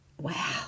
wow